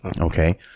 Okay